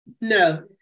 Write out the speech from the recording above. No